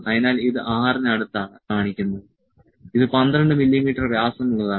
അതിനാൽ ഇത് 6 ന് അടുത്താണ് കാണിക്കുന്നത് ഇത് 12 മില്ലീമീറ്റർ വ്യാസമുള്ളതാണ്